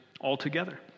altogether